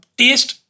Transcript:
taste